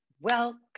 welcome